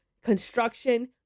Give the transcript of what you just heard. construction